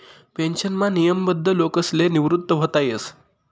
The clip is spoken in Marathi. पेन्शनमा नियमबद्ध लोकसले निवृत व्हता येस